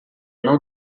não